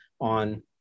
on